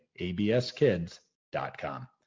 abskids.com